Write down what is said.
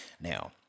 Now